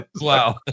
Wow